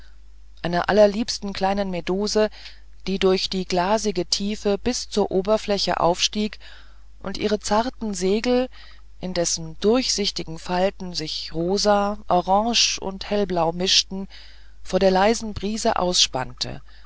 einer allerliebsten kleinen meduse die durch die glasige tiefe bis zur oberfläche aufstieg und ihre zarten segel in dessen durchsichtigen falten sich rosa orange und hellblau mischten vor der leisen brise ausspannte